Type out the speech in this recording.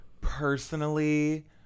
personally